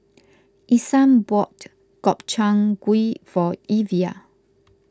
Isam bought Gobchang Gui for Evia